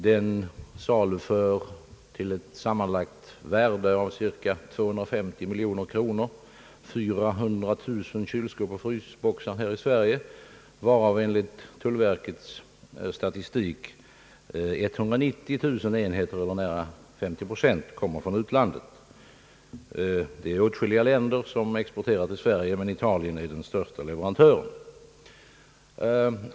Den saluför till ett sammanlagt värde av cirka 250 miljoner kronor per år 400 000 kylskåp och frysboxar här i Sverige, varav enligt tullverkets statistik 190 000 enheter eller nära 50 procent kommer från utlandet. Åtskilliga länder exporterar till Sverige, men Italien är den största leverantören.